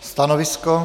Stanovisko?